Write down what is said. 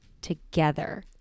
together